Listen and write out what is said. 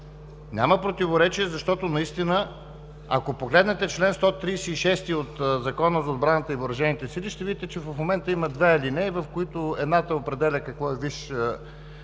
Няма противоречие, защото наистина, ако погледнете в чл. 136 от Закона за отбраната и въоръжените сили, ще видите, че в момента има две алинеи, в които едната определя какво е Висш